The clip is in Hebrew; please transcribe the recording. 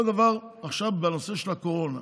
אותו דבר עכשיו בנושא הקורונה.